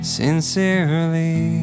sincerely